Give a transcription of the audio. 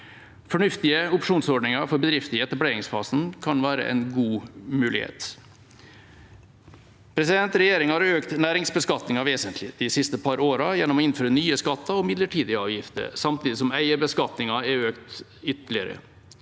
Fornuftige opsjonsordninger for bedrifter i etableringsfasen kan være en god mulighet. Regjeringa har økt næringsbeskatningen vesentlig de siste par årene gjennom å innføre nye skatter og midlertidige avgifter, samtidig som eierbeskatningen er økt ytterligere.